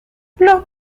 los